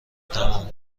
تمام